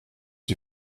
die